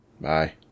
Bye